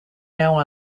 now